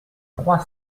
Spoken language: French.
trois